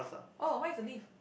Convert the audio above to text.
oh mine is a leaf